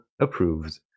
approved